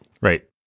Right